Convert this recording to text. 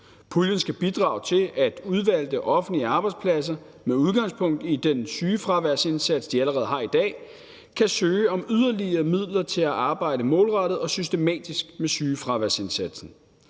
Puljen skal bidrage til, at udvalgte offentlige arbejdspladser med udgangspunkt i den sygefraværsindsats, de allerede har i dag, kan søge om yderligere midler til at arbejde målrettet og systematisk med sygefraværsindsatsen.